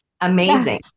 Amazing